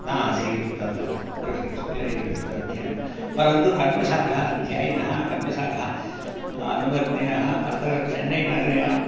न आसीत् तत्र कृश् शुक्लयजुर्वेदस्य अध्ययनं परन्तु कण्वशाखायाः अध्यायिनः कण्वशाखायाः अनुवर्तिनः अत्र चन्नैनगर्याम्